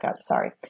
Sorry